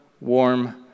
warm